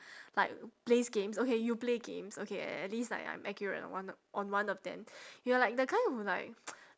like plays games okay you play games okay a~ at least like I'm accurate on one on one of them you are like the kind who like